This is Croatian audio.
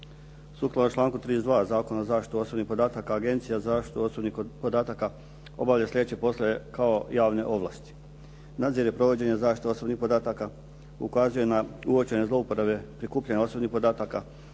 Sukladno članku 32. Zakona o zaštiti osobnih podataka Agencija za zaštitu osobnih podataka obavlja slijedeće poslove kao javne ovlasti. Nadzire provođenje zaštite osobnih podataka, ukazuje na uočene zlouporabe prikupljanja osobnih podataka,